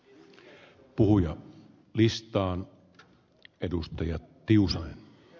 kiitokset on annettu sekä ed